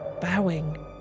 bowing